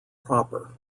proper